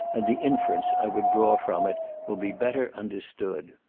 and the inference i would draw from it will be better understood.